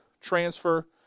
transfer